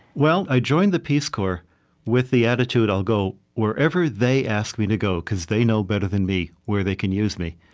well, i joined the peace corps with the attitude i'll go wherever they ask me to go because they know better than me where they can use me.